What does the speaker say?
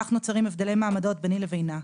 כך נוצרים הבדלי מעמדות ביני לבינה,